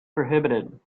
prohibited